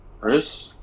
Chris